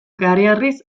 kareharriz